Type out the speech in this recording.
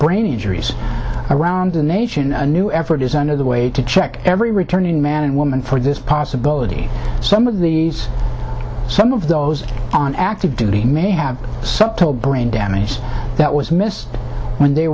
brain injuries around the nation a new effort is underway to check every returning man and woman for this possibility some of these some of those on active duty may have some tolbert damage that was missed when they